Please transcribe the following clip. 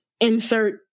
insert